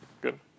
Good